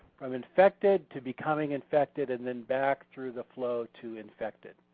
from infected to becoming infected and then back through the flow to infected.